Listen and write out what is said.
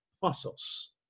fossils